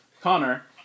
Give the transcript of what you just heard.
Connor